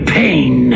pain